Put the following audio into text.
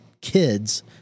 Kids